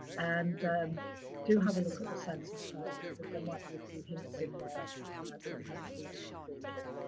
and do have a look at the census guide, because there might be a few hints in there that you haven't previously thought of.